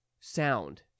sound